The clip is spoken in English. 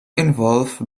involve